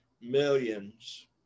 millions